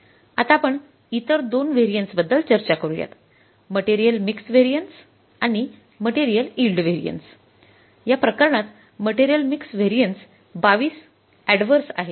आता आपण इतर दोन व्हॅरियन्सबद्दल चर्चा करूयात मटेरियल मिक्स् व्हेरिएन्स सुद्धा ६८ ऍडव्हर्स आहे